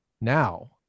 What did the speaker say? now